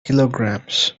kilograms